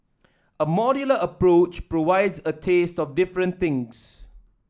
a modular approach provides a taste of different things